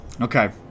Okay